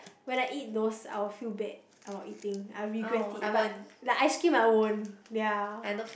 when I eat those I will feel bad about eating I regret it but like ice cream I won't ya